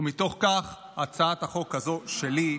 ומתוך כך הצעת החוק הזו שלי,